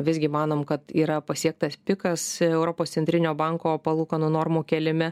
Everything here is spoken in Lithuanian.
visgi manom kad yra pasiektas pikas europos centrinio banko palūkanų normų kėlime